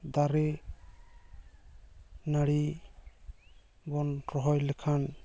ᱫᱟᱨᱮ ᱱᱟᱹᱲᱤ ᱵᱚᱱ ᱨᱚᱦᱚᱭ ᱞᱮᱠᱷᱟᱱ